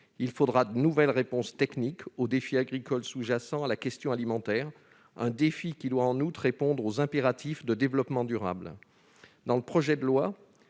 Il faudra de nouvelles réponses techniques au défi agricole sous-jacent à la question alimentaire, un défi qui doit en outre répondre aux impératifs de développement durable. Dans le projet de loi,